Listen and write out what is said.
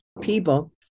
people